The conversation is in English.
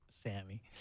Sammy